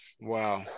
Wow